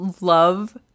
love